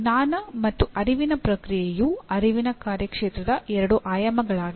ಜ್ಞಾನ ಮತ್ತು ಅರಿವಿನ ಪ್ರಕ್ರಿಯೆಯು ಅರಿವಿನ ಕಾರ್ಯಕ್ಷೇತ್ರದ ಎರಡು ಆಯಾಮಗಳಾಗಿವೆ